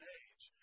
age